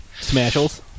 Smashels